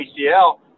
ACL